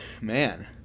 man